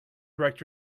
correct